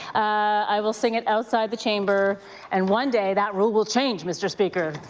i will sing it outside the chamber and one day that rule will change, mr. speaker.